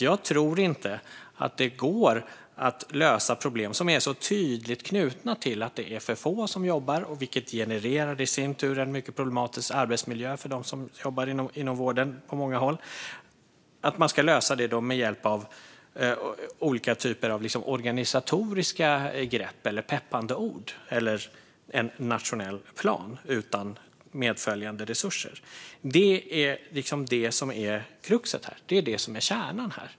Jag tror inte att problem som är så tydligt knutna till att det är för få som jobbar, vilket i sin tur genererar en mycket problematisk arbetsmiljö för dem som jobbar inom vården på många håll, går att lösa med hjälp av olika organisatoriska grepp eller peppande ord eller en nationell plan utan medföljande resurser. Det är liksom det som är kruxet här. Det är det som är kärnan här.